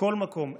מכל מקום,